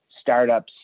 startups